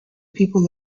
people